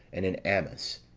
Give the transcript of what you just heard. and in ammaus,